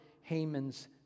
Haman's